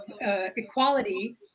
equality